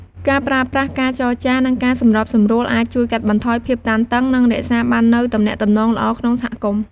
ការប្រើប្រាស់ការចរចា និងការសម្របសម្រួលអាច ជួយកាត់បន្ថយភាពតានតឹង និង រក្សាបាននូវទំនាក់ទំនងល្អក្នុងសហគមន៍។